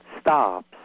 stops